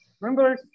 Remember